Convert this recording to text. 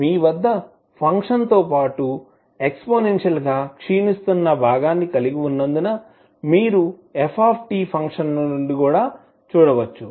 మీ వద్ద ఫంక్షన్ తో పాటు ఎక్స్పోనెన్షియల్ గా క్షీణిస్తున్న భాగాన్ని కలిగి ఉన్నందున మీరు f ఫంక్షన్ నుండి కూడా చూడవచ్చు